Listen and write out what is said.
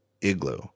Igloo